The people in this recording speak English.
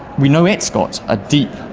we know it's got a deep,